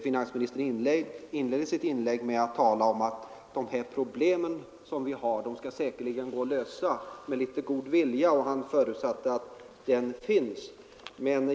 Finansministern inledde sitt inlägg med att tala om att de problem som kunde uppstå säkerligen skall gå att lösa med litet god vilja, och han förutsatte att den fanns.